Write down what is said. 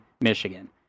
Michigan